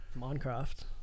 minecraft